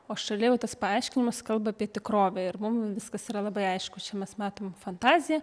o šalia jau tas paaiškinimas kalba apie tikrovę ir mum viskas yra labai aišku čia mes matom fantaziją